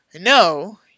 No